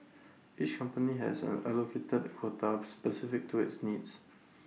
each company has an allocated quota specific to its needs